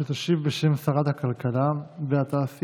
שתשיב בשם שרת הכלכלה והתעשייה.